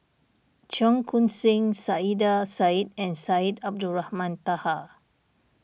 Cheong Koon Seng Saiedah Said and Syed Abdulrahman Taha